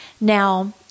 Now